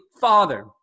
Father